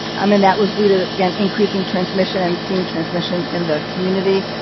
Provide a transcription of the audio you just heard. i mean, that was due to again increasing transmission and seeing transmission in the community.